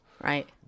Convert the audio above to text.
Right